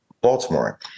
Baltimore